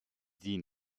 din